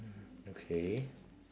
okay